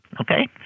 okay